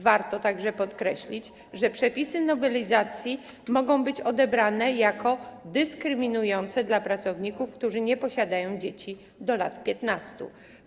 Warto także podkreślić, że przepisy nowelizacji mogą być odebrane jako dyskryminujące pracowników, którzy nie posiadają dzieci do lat 15.